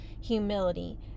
humility